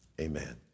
Amen